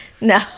No